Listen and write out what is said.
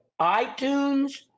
iTunes